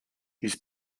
his